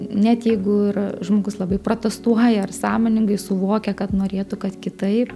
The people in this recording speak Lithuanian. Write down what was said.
net jeigu ir žmogus labai protestuoja ar sąmoningai suvokia kad norėtų kad kitaip